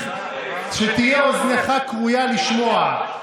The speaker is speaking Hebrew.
שתהיה אוזנך כרויה לשמוע.